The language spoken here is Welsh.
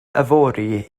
yfory